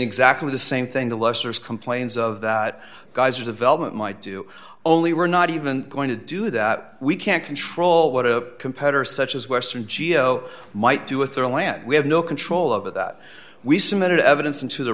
exactly the same thing the lessers complains of that geyser development might do only we're not even going to do that we can't control what a competitor such as western geo might do with their land we have no control over that we submitted evidence into the